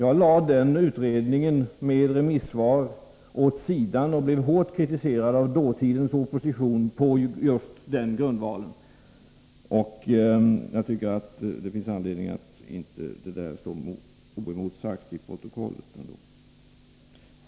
Jag lade den utredningen med remissvar åt sidan och blev hårt kritiserad av dåtidens opposition på just den grundvalen. Det finns anledning, tycker jag, att ändå inte låta Birgitta Dahls uttalande stå oemotsagt i protokollet.